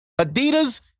Adidas